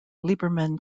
liberman